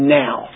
now